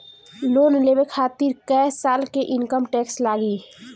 Loan लेवे खातिर कै साल के इनकम टैक्स लागी?